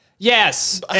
Yes